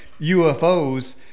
UFOs